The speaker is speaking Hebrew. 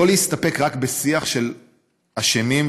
לא להסתפק רק בשיח של אשמים ומאשימים,